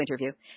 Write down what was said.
interview